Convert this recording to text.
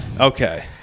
Okay